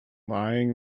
lying